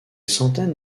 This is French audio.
centaines